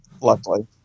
luckily